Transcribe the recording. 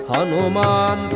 Hanuman